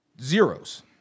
Zeros